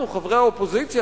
חברי האופוזיציה,